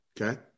Okay